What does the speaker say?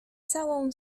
całą